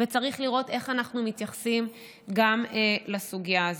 וצריך לראות איך אנחנו מתייחסים גם לסוגיה הזאת.